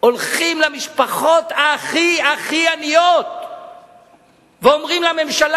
וגם באופוזיציה